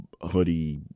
hoodie